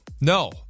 No